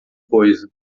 coisa